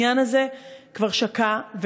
העניין הזה כבר שקע,